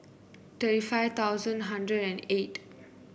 thirty five thousand hundred and eight